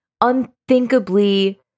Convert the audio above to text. unthinkably